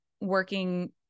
working